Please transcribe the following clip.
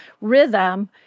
rhythm